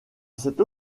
cette